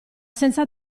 senza